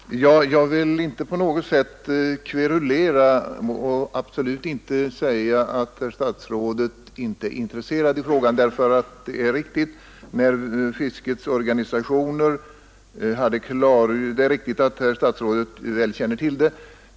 Herr talman! Jag vill inte på något sätt kverulera och absolut inte säga att herr statsrådet inte är intresserad av den här frågan. Det är riktigt att herr statsrådet väl känner till den.